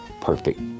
perfect